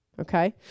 Okay